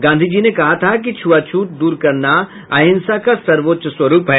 गांधीजी ने कहा था कि छुआछूत दूर करना अहिंसा का सर्वोच्च स्वरूप है